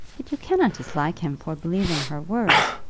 but you cannot dislike him for believing her word.